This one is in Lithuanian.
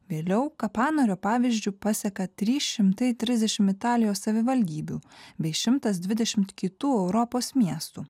vėliau kapanorio pavyzdžiu paseka trys šimtai trisdešim italijos savivaldybių bei šimtas dvidešimt kitų europos miestų